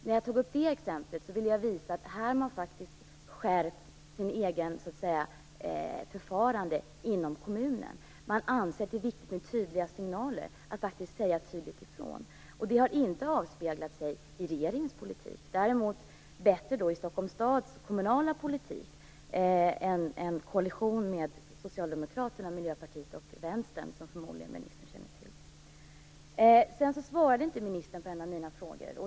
När jag tog upp det exemplet ville jag visa att man här faktiskt har skärpt sitt eget förfarande inom kommunen. Man anser att det är viktigt med tydliga signaler, att tydligt säga ifrån. Detta har inte avspeglat sig i regeringens politik, men däremot i Stockholms stads kommunala politik - som sköts av en koalition mellan Socialdemokraterna, Miljöpartiet och Vänstern, som ministern förmodligen känner till. Sedan svarade inte ministern på en av mina frågor.